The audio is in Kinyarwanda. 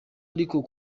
ariko